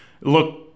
look